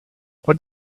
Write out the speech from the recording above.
what